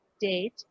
date